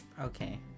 Okay